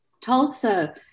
Tulsa